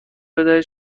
بدهید